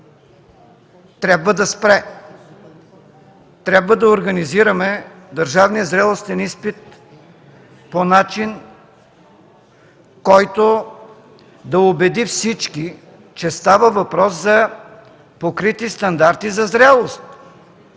трябва да спре. Трябва да организираме държавния зрелостен изпит по начин, който да убеди всички, че става въпрос за покрити стандарти за зрялост.